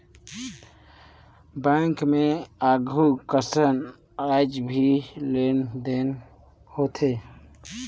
bank मे आघु कसन आयज भी लेन देन होथे